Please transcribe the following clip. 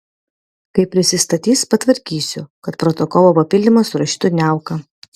kai prisistatys patvarkysiu kad protokolo papildymą surašytų niauka